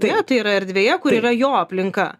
ar ne tai yra erdvėje kur yra jo aplinka